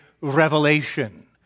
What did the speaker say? revelation